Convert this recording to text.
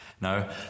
No